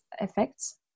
effects